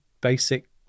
Basic